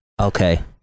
Okay